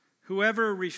Whoever